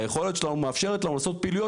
היכולת שלנו מאפשרת לנו לעשות פעילויות